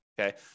okay